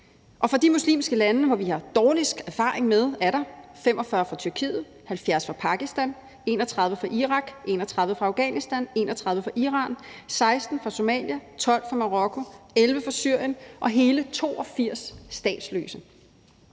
og fra de muslimske lande, som vi har dårligst erfaring med, er der 45 fra Tyrkiet, 70 fra Pakistan, 31 fra Irak, 31 fra Afghanistan, 31 fra Iran, 16 fra Somalia, 12 fra Marokko, 11 fra Syrien og hele 82 statsløse.